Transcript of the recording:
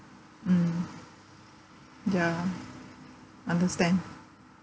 mm ya understand